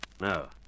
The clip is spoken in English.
No